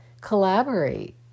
collaborate